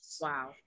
Wow